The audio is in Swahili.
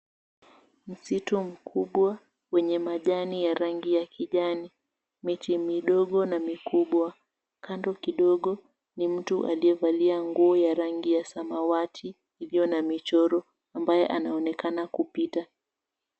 Msitu mkubwa wenye majani ya rangi ya kijani, miti midogo na mikubwa. Kando kidogo ni mtu aliyevalia nguo ya rangi ya samawati iliyo na michoro ambaye anaonekana kupita.